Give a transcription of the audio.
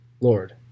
Lord